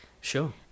Sure